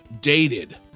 dated